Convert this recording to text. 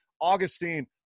Augustine